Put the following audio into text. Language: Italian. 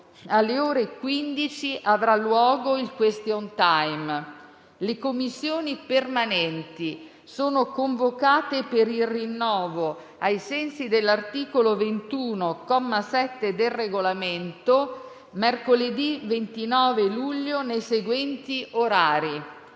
alle ore 15, avrà luogo il *question time*. Le Commissioni permanenti sono convocate per il rinnovo, ai sensi dell'articolo 21, comma 7, del Regolamento, mercoledì 29 luglio nei seguenti orari: